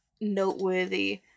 noteworthy